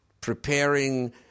preparing